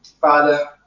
Father